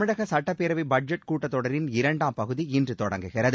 தமிழக சட்டப்பேரவை பட்ஜெட் கூட்டத்தொடரின் இரண்டாம் பகுதி இன்று தொடங்குகிறது